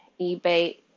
eBay